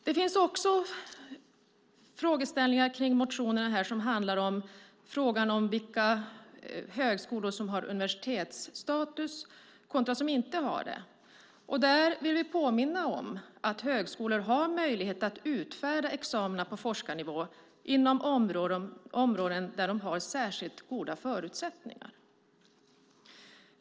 Det finns också frågeställningar i motioner som gäller vilka högskolor som har universitetsstatus och vilka som inte har det. Där vill vi påminna om att högskolor har möjlighet att utfärda examina på forskarnivå på områden där de har särskilt goda förutsättningar.